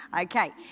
Okay